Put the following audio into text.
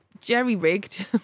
jerry-rigged